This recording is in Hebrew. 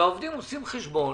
והעובדים עושים חשבון